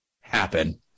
happen